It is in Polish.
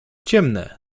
ciemne